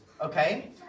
okay